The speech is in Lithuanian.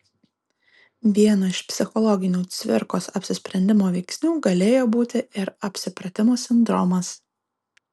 vienu iš psichologinių cvirkos apsisprendimo veiksnių galėjo būti ir apsipratimo sindromas